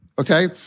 okay